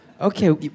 Okay